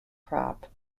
crop